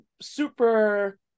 super